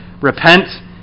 repent